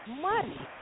money